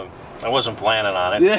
i wasn't planning on and yeah it.